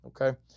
okay